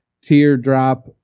teardrop